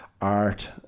art